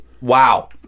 Wow